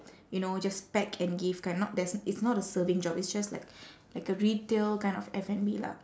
you know just pack and give kind not there's it's not a serving job it's just like like a retail kind of F&B lah